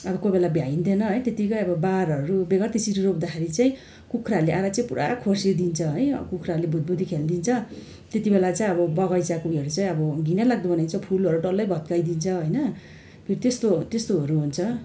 अब कोही बेला भ्याइँदैन है त्यत्तिकै अब बारहरू बेगर ती सिडहरू रोप्दाखेरि चाहिँ कुखुराले आएर चाहिँ पूरा खोर्सिदिन्छ है अब कुखुराले भुतभुते खेलिदिन्छ त्यति बेला चाहिँ अब बगैँचाको फुलहरू चाहिँ अब घिन लाग्दो बनाइदिन्छ फुलहरू डल्लै भत्काइँदिन्छ होइन फेरि त्यस्तो त्यस्तोहरू हुन्छ